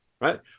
right